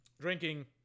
Drinking